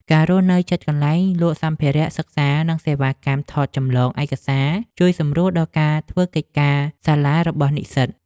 ការរស់នៅជិតកន្លែងលក់សម្ភារៈសិក្សានិងសេវាកម្មថតចម្លងឯកសារជួយសម្រួលដល់ការធ្វើកិច្ចការសាលារបស់និស្សិត។